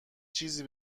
چیزی